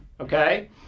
Okay